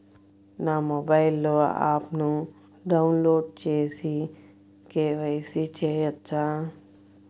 నా మొబైల్లో ఆప్ను డౌన్లోడ్ చేసి కే.వై.సి చేయచ్చా?